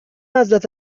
حضرت